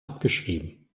abgeschrieben